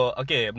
okay